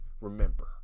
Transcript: remember